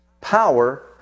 power